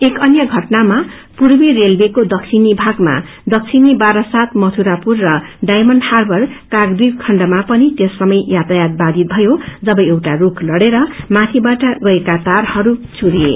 एक अन्य घटनामा पूर्वी रेलवेको दक्षिणी भागमा दक्षिणी वारासात मधुरापुर र डायमंड हार्वर काकद्वीप खण्डमा पनि त्यस समय यातायात वााधित भयो जव एउटा स्ल्ख लड़ेर माथिबबाट गएका तारहरू चुड़िए